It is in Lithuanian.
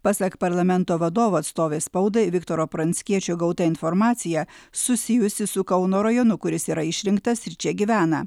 pasak parlamento vadovo atstovės spaudai viktoro pranckiečio gauta informacija susijusi su kauno rajonu kur jis yra išrinktas ir čia gyvena